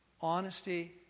Honesty